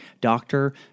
doctor